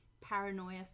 paranoia